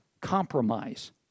compromise